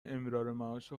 امرارمعاش